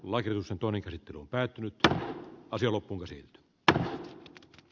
lajusen toinen käsittely on päättynyt ja asia loppuisi b c d e